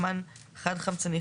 פחמן חד חמצני,